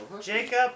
Jacob